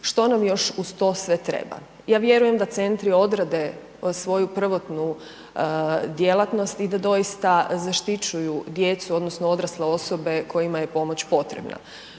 što nam još uz to sve treba. Ja vjerujem da centri odrade svoju prvotnu djelatnost i da doista zaštićuju djecu odnosno odrasle osobe kojima je pomoć potrebna,